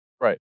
Right